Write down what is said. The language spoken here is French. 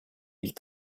ils